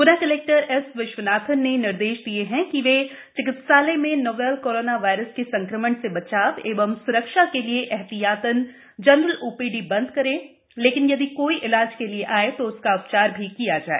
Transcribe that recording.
गुना collector S Viswanathan ने निर्देश दिए है कि वे चिकित्सालय में नोवल कोराना वायरस के संक्रमण से बचाव एवं स्रक्षा के लिए एहतियातन जनरल ओपीडी बंद करें लेकिन यदि कोई इलाज के लिए आए तो उसका भी उपचार करें